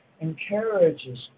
encourages